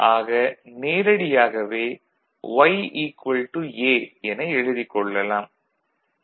ஆக நேரடியாகவே Y A என எழுதிக் கொள்ளலாம்